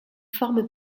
forment